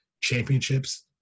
Championships